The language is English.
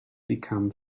become